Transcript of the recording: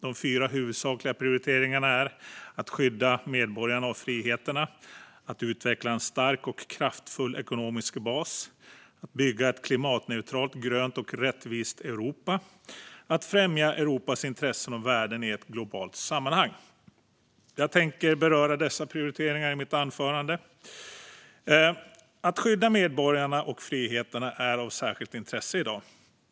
De fyra huvudsakliga prioriteringarna är att skydda medborgarna och friheterna, att utveckla en stark och kraftfull ekonomisk bas, att bygga ett klimatneutralt, grönt och rättvist Europa och att främja Europas intressen och värden i ett globalt sammanhang. Jag tänker beröra dessa prioriteringar i mitt anförande. Att skydda medborgarna och friheterna är av särskilt intresse i dag.